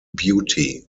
beauty